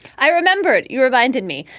i remembered you reminded me.